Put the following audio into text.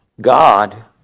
God